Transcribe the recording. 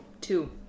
two